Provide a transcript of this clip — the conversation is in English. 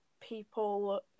people